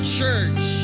church